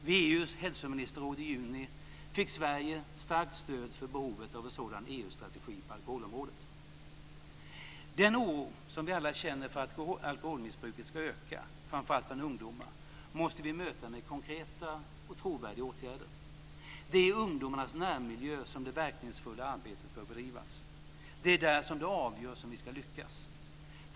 Vid EU:s hälsoministerråd i juni fick Sverige starkt stöd när de gäller behovet av en sådan EU-strategi på alkoholområdet. Den oro som vi alla känner för att alkoholmissbruket ska öka, framför allt bland ungdomar, måste vi möta med konkreta och trovärdiga åtgärder. Det är i ungdomarnas närmiljö som det verkningsfulla arbetet bör bedrivas. Det är där som det avgörs om vi ska lyckas.